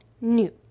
new